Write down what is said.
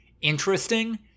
interesting